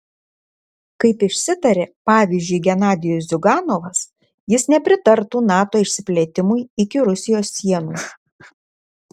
kaip išsitarė pavyzdžiui genadijus ziuganovas jis nepritartų nato išsiplėtimui iki rusijos sienų